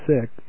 sick